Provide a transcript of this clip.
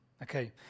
Okay